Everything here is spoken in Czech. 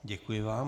Děkuji vám.